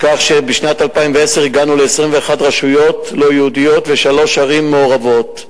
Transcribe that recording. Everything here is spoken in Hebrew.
כך שבשנת 2010 הגענו ל-21 רשויות לא-יהודיות ושלוש ערים מעורבות.